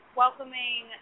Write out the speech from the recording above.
welcoming